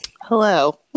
Hello